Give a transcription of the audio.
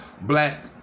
black